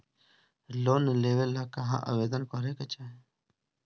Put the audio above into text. Loan लेवे ला कहाँ आवेदन करे के चाही?